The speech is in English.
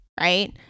right